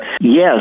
yes